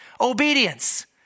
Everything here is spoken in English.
obedience